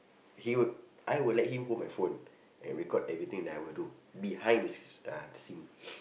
he will I will let him hold my phone and record everything that I will do behind the sce~ uh the scenes